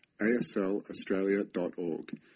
aslaustralia.org